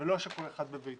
ולא כל אחד בביתו.